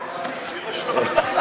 --- יש לך מזל.